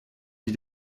wie